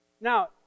Now